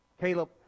Caleb